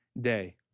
day